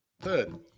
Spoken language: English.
Third